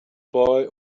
boy